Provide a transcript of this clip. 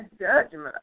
judgment